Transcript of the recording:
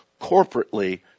corporately